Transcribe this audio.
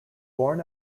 born